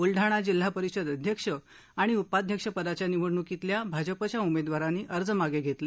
बुलडाणा जिल्हा परिषद अध्यक्ष आणि उपाध्यक्ष पदाच्या निवडणुकीतील भाजपच्या उमेदवारांनी अर्ज मागे घेतले